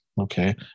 Okay